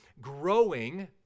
growing